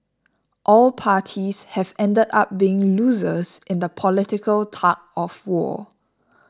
all parties have ended up being losers in the political tug of war